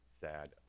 sad